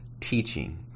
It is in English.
teaching